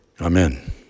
Amen